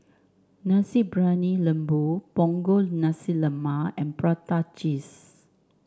Nasi Briyani Lembu Punggol Nasi Lemak and Prata Cheese